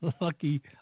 Lucky